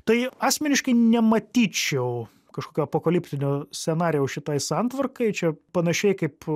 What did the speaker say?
tai asmeniškai nematyčiau kažkokio apokaliptinio scenarijaus šitai santvarkai čia panašiai kaip